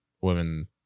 women